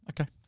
Okay